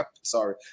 Sorry